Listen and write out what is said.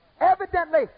Evidently